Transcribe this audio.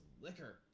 liquor